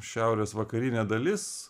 šiaurės vakarinė dalis